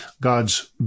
God's